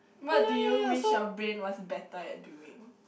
what do you wish your brain was better at doing